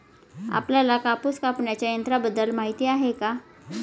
आपल्याला कापूस कापण्याच्या यंत्राबद्दल माहीती आहे का?